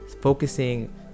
focusing